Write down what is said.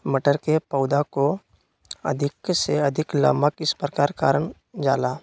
मटर के पौधा को अधिक से अधिक लंबा किस प्रकार कारण जाला?